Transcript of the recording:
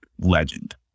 legend